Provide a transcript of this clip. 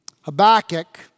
Habakkuk